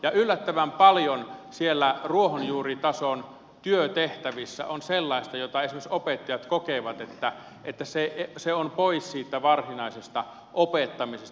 ja yllättävän paljon siellä ruohonjuuritason työtehtävissä on sellaista josta esimerkiksi opettajat kokevat että se on pois siitä varsinaisesta opettamisesta